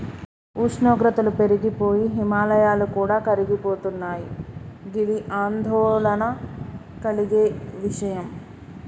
ఉష్ణోగ్రతలు పెరిగి పోయి హిమాయాలు కూడా కరిగిపోతున్నయి గిది ఆందోళన కలిగే విషయం